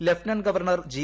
lieutenant governor G